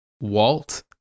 Walt